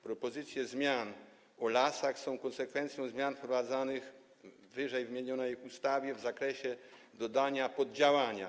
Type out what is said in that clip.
Propozycje zmian w ustawie o lasach są konsekwencją zmian wprowadzanych w ww. ustawie w zakresie dodania poddziałania: